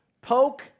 poke